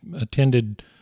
attended